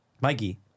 Mikey